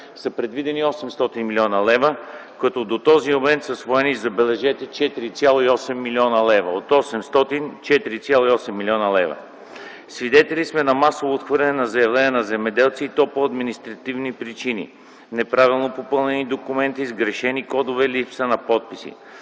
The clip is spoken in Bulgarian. са предвидени 800 млн. лв., като до този момент са усвоени, забележете, 4,8 млн. лв. От 800 млн.– 4,8 млн. лв.! Свидетели сме на масово отхвърляне на заявления на земеделци и то по административни причини – неправилно попълнени документи, сгрешени кодове, липса на подписи.